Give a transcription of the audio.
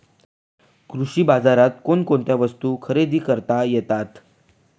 कृषी बाजारात कोणकोणत्या वस्तू खरेदी करता येतात